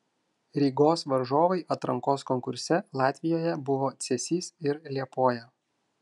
rygos varžovai atrankos konkurse latvijoje buvo cėsys ir liepoja